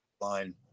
line